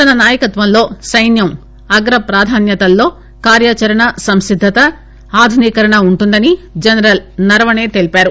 తన నాయకత్వంలో సైన్యం అగ్ర ప్రాధాన్యతలలో కార్యాచరణ సంసిద్దత ఆధునీకరణ ఉంటుందని జనరల్ నరవణె తెలిపారు